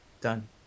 Done